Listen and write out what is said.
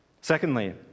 Secondly